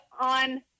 on